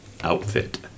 Outfit